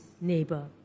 neighbor